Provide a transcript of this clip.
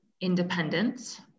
independence